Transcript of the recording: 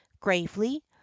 gravely